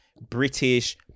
British